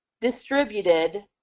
distributed